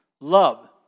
love